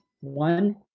One